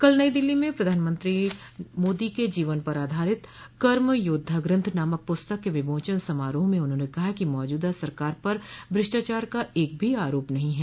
कल नई दिल्ली में प्रधानमंत्रो मोदी के जीवन पर आधारित कर्म योद्धा ग्रंथ नामक पुस्तक के विमोचन समारोह में उन्होंने कहा कि मौजूदा सरकार पर भ्रष्टाचार का एक भी आरोप नहीं है